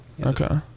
Okay